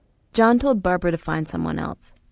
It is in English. john told barbara to find someone else.